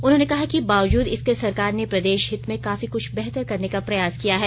उन्होंने कहा कि बावजूद इसके सरकार ने प्रदेशहित में काफी क्छ बेहतर करने का प्रयास किया है